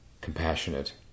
compassionate